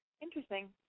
Interesting